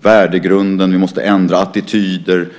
värdegrunden. Vi måste ändra attityder.